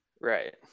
Right